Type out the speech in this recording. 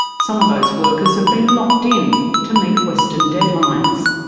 some of those workers have been locked in to meet western deadlines.